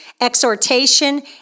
exhortation